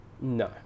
No